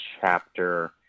chapter